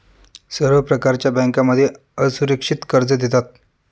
सर्व प्रकारच्या बँकांमध्ये असुरक्षित कर्ज देतात